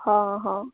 ହଁ ହଁ